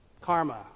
Karma